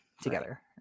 together